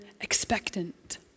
expectant